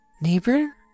neighbor